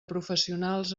professionals